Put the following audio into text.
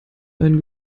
einen